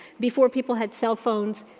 before people had cellphones,